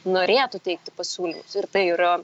norėtų teikti pasiūlymus ir tai yra